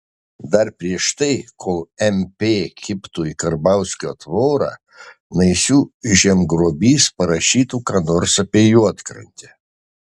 dar prieš tai kol mp kibtų į karbauskio tvorą naisių žemgrobys parašytų ką nors apie juodkrantę